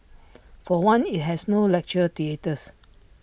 for one IT has no lecture theatres